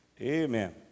Amen